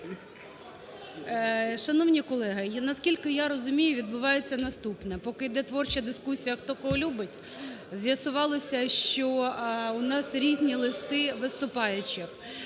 Шановні колеги, наскільки я розумію, відбувається наступне. Поки йде творча дискусія, хто кого любить, з'ясувалось, що у нас різні листи виступаючих.